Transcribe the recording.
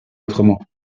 autrement